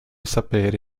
sapere